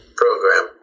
program